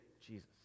Jesus